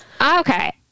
Okay